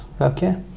okay